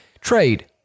Trade